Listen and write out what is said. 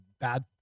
Bad